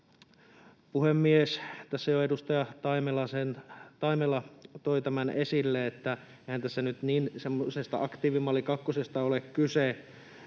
puhemies, tässä jo edustaja Taimela toi esille, että eihän tässä nyt semmoisesta aktiivimalli kakkosesta ole kyse,